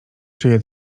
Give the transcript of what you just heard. czyje